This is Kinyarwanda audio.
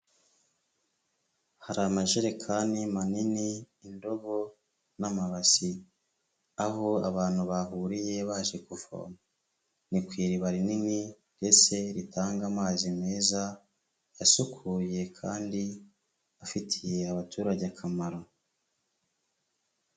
Hari amajerekani manini, indobo n'amabasi, aho abantu bahuriye baje kuvoma, ni ku iriba rinini ndetse ritanga amazi meza asukuye kandi afitiye abaturage akamaro.